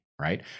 Right